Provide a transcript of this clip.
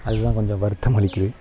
அதுதான் கொஞ்சம் வருத்தம் அளிக்குது